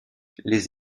les